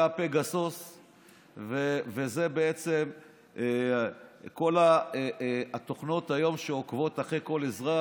זה הפגסוס וזה בעצם כל התוכנות שעוקבות אחרי כל אזרח,